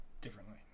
differently